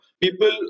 People